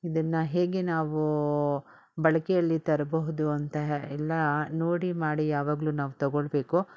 ಇದನ್ನು ಹೇಗೆ ನಾವು ಬಳಕೆಯಲ್ಲಿ ತರಬಹುದು ಅಂತ ಎಲ್ಲ ನೋಡಿ ಮಾಡಿ ಯಾವಾಗಲು ನಾವು ತೊಗೊಳ್ಬೇಕು